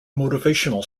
motivational